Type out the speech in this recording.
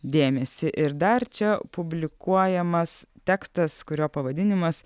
dėmesį ir dar čia publikuojamas tekstas kurio pavadinimas